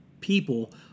people